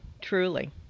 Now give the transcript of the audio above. truly